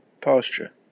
pasture